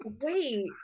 wait